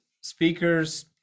speakers